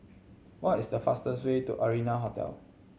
what is the fastest way to Arianna Hotel